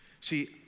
See